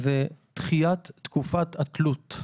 היא דחיית תקופת התלות.